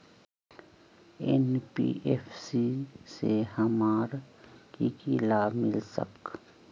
NBFC से हमार की की लाभ मिल सक?